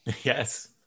Yes